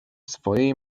swojej